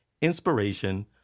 inspiration